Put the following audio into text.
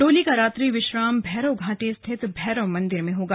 डोली का रात्रि विश्राम भैरों घाटी स्थित भैरव मंदिर में होगा